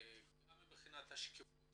גם מבחינת השקיפות